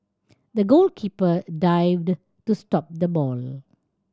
the goalkeeper dived to stop the ball